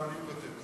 אני מוותר.